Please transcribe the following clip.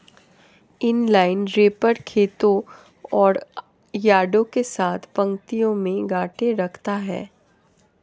inline wrapper खेतों और यार्डों के साथ पंक्तियों में गांठें रखता है